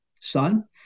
son